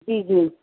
جی جی